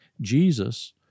Jesus